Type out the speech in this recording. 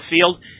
field